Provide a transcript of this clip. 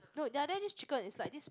no the other there this chicken is like this